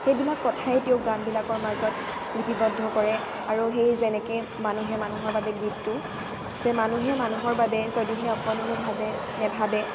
সেইবিলাক কথাই তেওঁ গানবিলাকৰ মাজত লিপিবদ্ধ কৰে আৰু সেই যেনেকে মানুহে মানুহৰ বাবে গীতটো যে মানুহে মানুহৰ বাবে যদিহে অকনো নেভাৱে